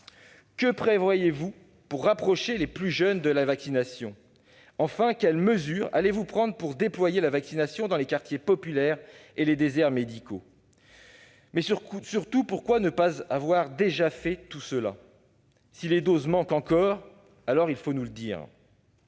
Que prévoyez-vous pour rapprocher les plus jeunes de la vaccination ? Quelles mesures allez-vous prendre pour déployer la vaccination dans les quartiers populaires et les déserts médicaux ? Mais, surtout, pourquoi n'avoir pas déjà fait tout cela ? Si les doses manquent encore, il faut nous le dire